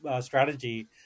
strategy